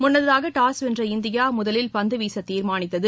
முன்னதாக டாஸ் வென்ற இந்தியா முதலில் பந்து வீச தீர்மானித்தது